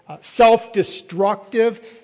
self-destructive